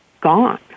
gone